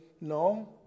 No